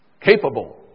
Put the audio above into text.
capable